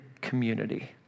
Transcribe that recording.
community